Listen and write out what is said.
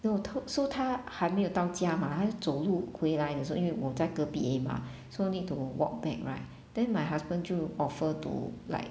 no to so 她还没有到家 mah 还是走路回来的时候因为我在隔壁而已 mah so need to walk back right then my husband 就 offer to like